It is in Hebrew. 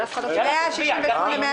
אתם מדברים על נושאים כלליים,